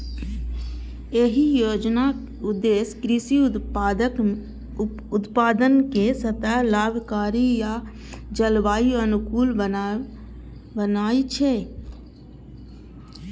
एहि योजनाक उद्देश्य कृषि उत्पादन कें सतत, लाभकारी आ जलवायु अनुकूल बनेनाय छै